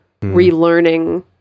relearning